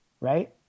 right